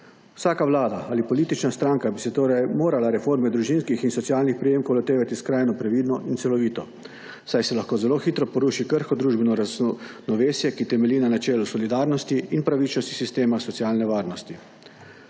Vsaka vlada ali politična stranka bi se torej morala reforme družinskih in socialnih prejemkov lotevati skrajno previdno in celovito, saj se lahko zelo hitro poruši krhko družbeno ravnovesje, ki temelji na načelu solidarnosti in pravičnosti sistema socialne varnosti.